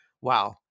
wow